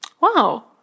Wow